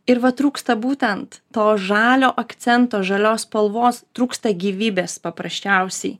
ir va trūksta būtent to žalio akcento žalios spalvos trūksta gyvybės paprasčiausiai